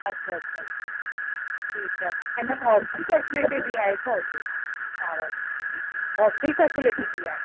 अच्छा अच्छा अच्छा ठीकु आहे और मेम हॉस्टल जी फ़ेसिलिटी बि आहे छा हुते तव्हां वटि हॉस्टल फ़ेसिलिटी बि आहे